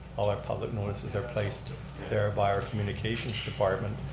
all our public notices are placed there ah by our communications department.